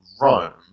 Rome